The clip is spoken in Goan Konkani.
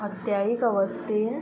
अत्यायिक अवस्थेंत